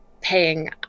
paying